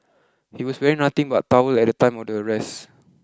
he was wearing nothing but towel at the time of the arrest